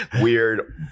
weird